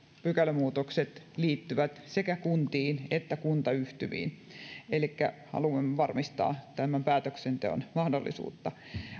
pykälämuutokset liittyvät sekä kuntiin että kuntayhtymiin elikkä haluamme varmistaa tämän päätöksenteon mahdollisuutta